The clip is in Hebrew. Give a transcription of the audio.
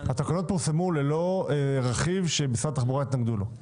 פורסמו ללא רכיב שמשרד התחבור התנגד לו.